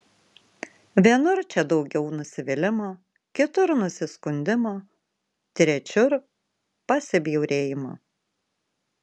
vienur čia daugiau nusivylimo kitur nusiskundimo trečiur pasibjaurėjimo